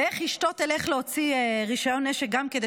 ואיך אשתו תלך להוציא רישיון נשק כדי